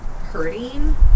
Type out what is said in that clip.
hurting